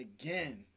again